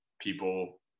people